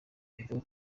video